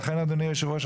לכן אדוני יושב הראש,